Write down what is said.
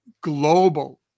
global